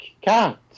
cat